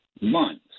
months